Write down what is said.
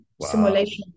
simulation